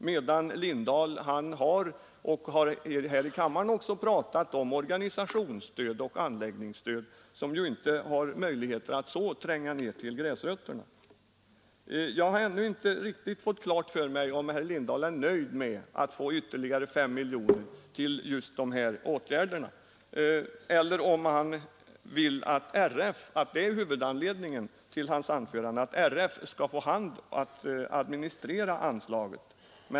Herr Lindahl talar däremot om organisationsstöd och anläggningsstöd, som inte direkt tränger ned till gräsrötterna. Jag har ännu inte fått klart för mig om herr Lindahl är nöjd med att idrottsorganisationerna får ytterligare 5 miljoner kronor för lokalt aktivitetsstöd eller om huvudanledningen till hans anförande är att han anser att Riksidrottsförbundet skall administrera anslaget.